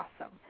awesome